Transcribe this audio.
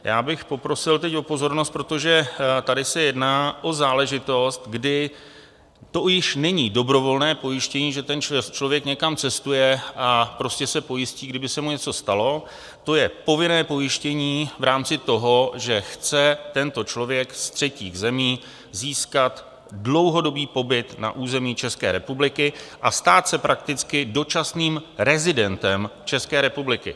Já bych poprosil teď o pozornost, protože tady se jedná o záležitost, kdy to již není dobrovolné pojištění, že ten člověk někam cestuje a prostě se pojistí, kdyby se mu něco stalo, to je povinné pojištění v rámci toho, že chce tento člověk z třetích zemí získat dlouhodobý pobyt na území České republiky a stát se prakticky dočasným rezidentem České republiky.